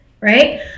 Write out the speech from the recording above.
right